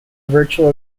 virtual